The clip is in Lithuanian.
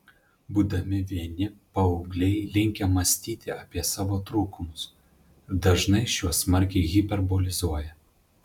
būdami vieni paaugliai linkę mąstyti apie savo trūkumus dažnai šiuos smarkiai hiperbolizuoja